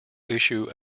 issue